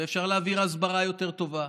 ואפשר להעביר הסברה יותר טובה,